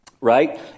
right